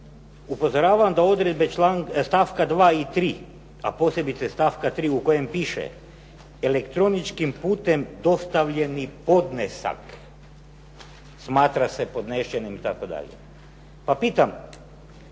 upozoravam da odredbe stavka 2. i 3., a posebice stavka 3. u kojem piše "elektroničkim putem dostavljeni podnesak smatra se podešenim" itd. Pa pitam,